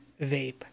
vape